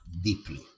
deeply